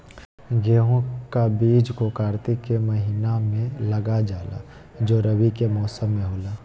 गेहूं का बीज को कार्तिक के महीना में लगा जाला जो रवि के मौसम में होला